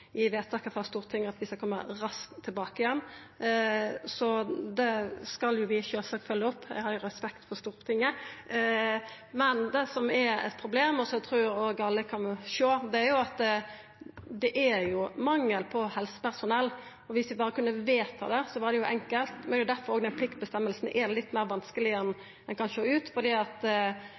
i vedtaket frå Stortinget at vi skal koma raskt tilbake igjen. Det skal vi sjølvsagt følgja opp, eg har jo respekt for Stortinget. Det som er eit problem, som eg trur alle òg kan sjå, er at det er mangel på helsepersonell. Viss vi berre kunne vedta det, var det enkelt, men det er derfor pliktbestemminga er litt vanskelegare enn det kan sjå ut til, for ein må få tak i helsepersonell til å gjennomføra denne kartlegginga. Det